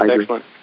excellent